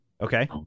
okay